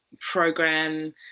program